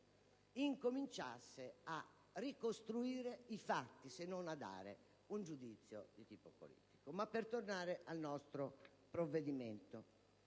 incominciasse a ricostruire i fatti, se non a dare un giudizio politico. Per tornare al nostro provvedimento,